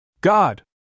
God